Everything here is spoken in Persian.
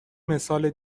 مثال